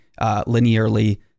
linearly